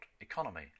economy